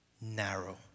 Narrow